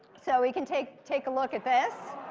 so we can take take a look at this.